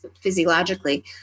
physiologically